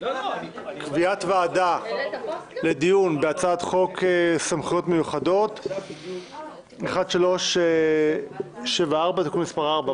קביעת ועדה לדיון בהצעת חוק סמכויות מיוחדות 1371 (תיקון מס' 4),